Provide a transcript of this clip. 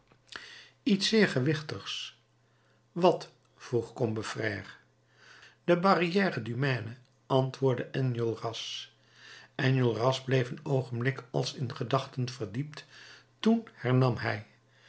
iets zeer gewichtigs wat vroeg combeferre de barrière du maine antwoordde enjolras enjolras bleef een oogenblik als in gedachten verdiept toen hernam hij